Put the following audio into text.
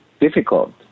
difficult